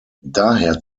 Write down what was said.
daher